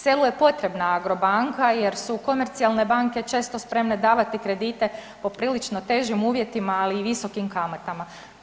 Selu je potrebna Agrobanka jer su komercijalne banke često spremne davati kredite po prilično težim uvjetima, ali i visokim kamatama.